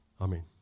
Amen